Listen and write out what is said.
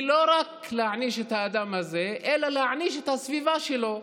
זה לא רק להעניש את האדם הזה אלא את הסביבה שלו,